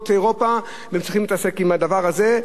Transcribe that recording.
אירופה והם צריכים להתעסק עם הדבר הזה,